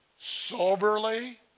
soberly